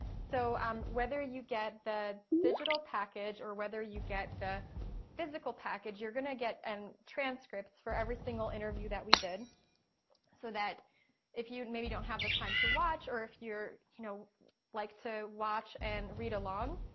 so um whether you get the digital package or whether you get the physical package, you're gonna get and transcripts for every single interview that we did so that if you maybe don't have the time to watch or if you're you know like to watch and read along,